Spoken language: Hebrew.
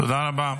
תודה רבה.